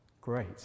Great